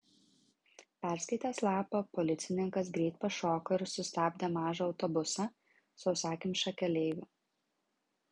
perskaitęs lapą policininkas greit pašoko ir sustabdė mažą autobusą sausakimšą keleivių